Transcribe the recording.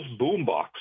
boombox